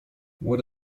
what